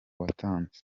watanze